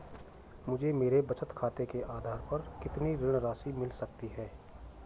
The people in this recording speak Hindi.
मुझे मेरे बचत खाते के आधार पर कितनी ऋण राशि मिल सकती है?